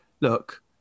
look